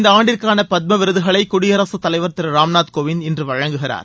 இந்த ஆண்டிற்கான பத்மவிருதுகளை குடியரசுத் தலைவர் திரு ராம்நாத் கோவிந்த் இன்று வழங்குகிறார்